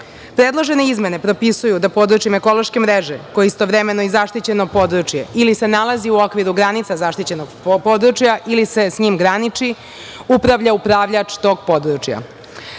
Skupštini. Predložene izmene propisuju da područjem ekološke mreže, koje je istovremeno i zaštićeno područje ili se nalazi u okviru granica zaštićenog područja ili se sa njim graniči, upravlja upravljač tog područja.